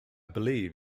believe